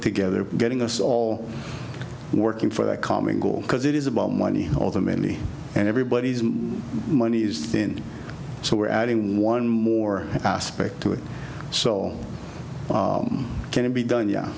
together getting us all working for a common goal because it is about money or the many and everybody's money is thin so we're adding one more aspect to it so all can be done yeah